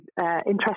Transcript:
interesting